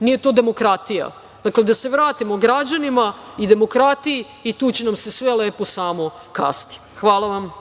Nije to demokratije. Dakle, da se vratimo građanima i demokratiji i tu će nam se sve lepo samo kazati. Hvala vam.